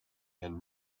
and